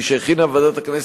שהכינה ועדת הכנסת,